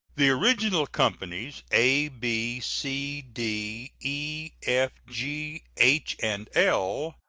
the original companies, a, b, c, d, e, f, g, h, and l,